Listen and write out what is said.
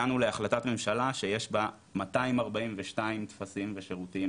הגענו להחלטת ממשלה שיש בה 242 טפסים ושירותים